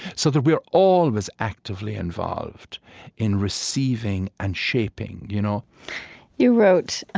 so that we are always actively involved in receiving and shaping you know you wrote